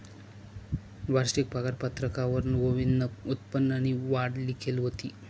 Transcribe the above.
वारशिक पगारपत्रकवर गोविंदनं उत्पन्ननी वाढ लिखेल व्हती